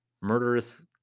murderous